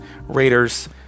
Raiders